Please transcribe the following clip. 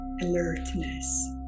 alertness